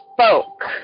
spoke